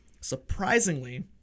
Surprisingly